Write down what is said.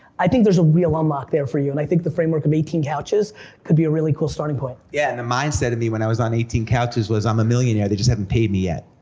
i think there's a real unlock there for you, and i think the framework of eighteen couches could be a really cool starting point. yeah, and the mindset of me when i was on eighteen couches was, i'm a millionaire, they just haven't paid me yet.